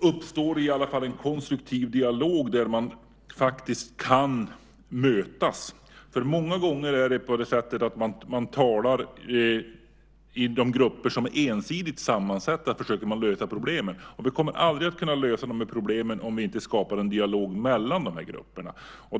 uppstår i alla fall en konstruktiv dialog där man faktiskt kan mötas. Många gånger är det på det sättet att man talar i grupper som är ensidigt sammansatta och försöker lösa problemen. Men vi kommer aldrig att kunna lösa de här problemen om vi inte skapar en dialog mellan de här grupperna.